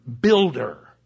builder